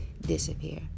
disappear